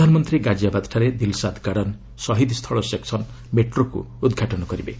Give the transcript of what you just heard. ପ୍ରଧାନମନ୍ତ୍ରୀ ଗାଜିଆବାଦଠାରେ ଦିଲ୍ସାଦ ଗାର୍ଡନ ସହିଦ ସ୍ଥଳ ସେକୃନ ମେଟ୍ରୋକୁ ଉଦ୍ଘାଟନ କରିବେ